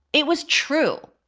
it was true,